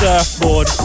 Surfboard